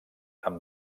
amb